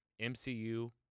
MCU